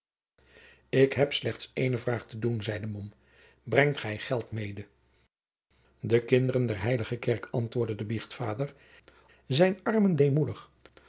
ik heb u slechts ééne vraag te doen zeide mom brengt gij geld mede de kinderen der heilige kerk antwoordde de biechtvader zijne